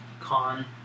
Con